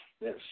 Yes